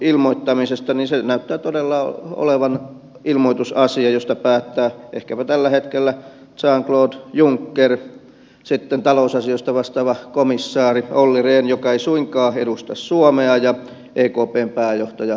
se näyttää todella olevan ilmoitusasia josta päättää ehkäpä tällä hetkellä jean claude juncker sitten talousasioista vastaava komissaari olli rehn joka ei suinkaan edusta suomea ja ekpn pääjohtaja mario draghi